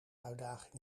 uitdaging